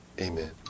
Amen